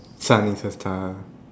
sun is a star